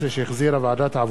שהחזירה ועדת העבודה,